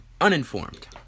uninformed